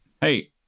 Hey